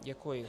Děkuji.